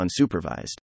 unsupervised